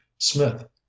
Smith